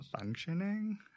functioning